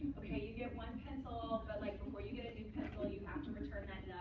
ok, you get one pencil, but like before you get a new pencil, you have to return that and